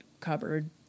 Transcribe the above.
cupboard